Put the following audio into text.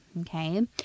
Okay